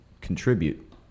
contribute